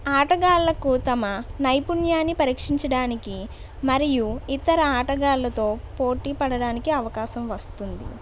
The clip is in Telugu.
ఆటగాళ్ళకు తమ నైపుణ్యాన్ని పరీక్షించడానికి మరియు ఇతర ఆటగాళ్ళతో పోటీపడడానికి అవకాశం వస్తుంది